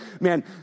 Man